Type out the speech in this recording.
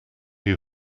who